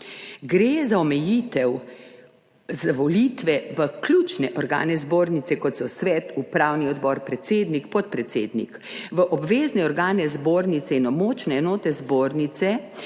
Gre za omejitev za volitve v ključne organe Zbornice, kot so svet, upravni odbor, predsednik, podpredsednik. V obvezne organe Zbornice in območne enote Zbornice